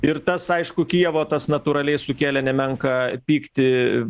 ir tas aišku kijevo tas natūraliai sukėlė nemenką pyktį